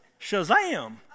Shazam